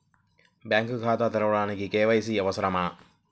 Bank ఖాతా తెరవడానికి KYC అవసరమా?